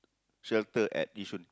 shelter at Yishun